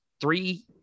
three